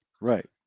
Right